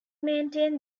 maintain